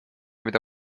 mida